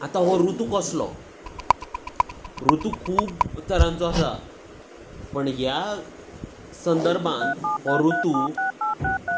आतां हो ऋतू कसलो ऋतू खूब तरांचो आसा पण ह्या संदर्भान हो ऋतू